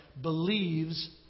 believes